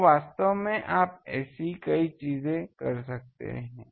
तो वास्तव में आप ऐसी कई चीज़ें कर सकते हैं